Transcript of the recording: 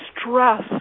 stress